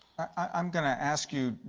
um going to ask you,